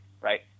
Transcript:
right